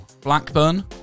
Blackburn